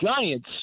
Giants